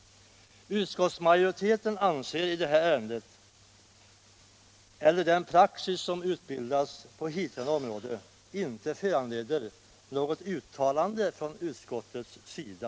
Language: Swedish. Utskottsmajoriteten anser att detta ärende eller den praxis som utbildats på hithörande område inte föranleder något uttalande från utskottets sida.